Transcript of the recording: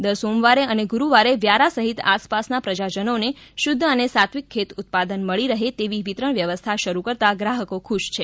દર સોમવારે અને ગુડુવારે વ્યારા સહિત આસપાસના પ્રજાજનોને શુદ્ધ અને સાત્વિક ખેત ઉત્પાદન મળી રહે તેવી વિતરણ વ્યવસ્થા શરૂ કરતાં ગ્રાહકો ખુશ છે